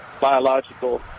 biological